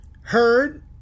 Heard